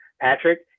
Patrick